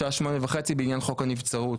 בשעה 08:30 בעניין חוק הנבצרות,